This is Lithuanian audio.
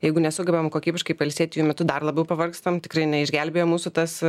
jeigu nesugebam kokybiškai pailsėti jų metu dar labiau pavargstam tikrai neišgelbėja mūsų tas